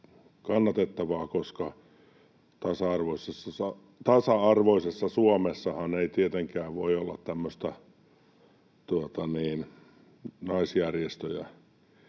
kannatettava, koska tasa-arvoisessa Suomessahan ei tietenkään voi olla tämmöistä naisjärjestöjä